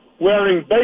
wearing